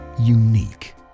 Unique